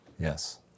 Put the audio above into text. Yes